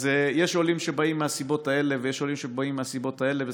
אז יש עולים שבאים מהסיבות האלה ויש עולים שבאים מהסיבות האלה.